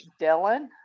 Dylan